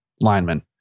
lineman